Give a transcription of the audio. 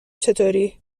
چطوری